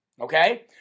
Okay